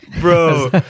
bro